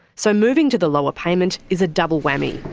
so moving to the lower payment is a double whammy.